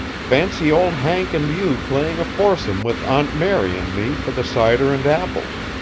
fancy old hank and you playing a foursome with aunt mary and me for the cider and apples.